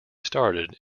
started